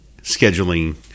scheduling